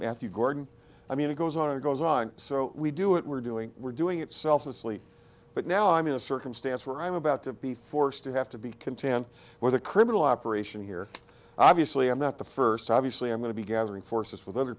matthew gordon i mean it goes on it goes on so we do it we're doing we're doing it selflessly but now i'm in a circumstance where i'm about to be forced to have to be content with a criminal operation here obviously i'm not the first obviously i'm going to be gathering forces with other